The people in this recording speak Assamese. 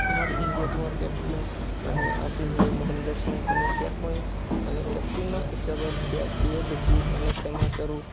আমাৰ ইণ্ডিয়া টিমৰ কেপ্তেইন মানে আছিল যে মহেন্দ্ৰ সিং ধোনী ইয়াক মই মানে কেপ্তেইনক হিচাপত ইয়াক সিয়ে বেছি মানে ফেমাছ আৰু